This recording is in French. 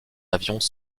avions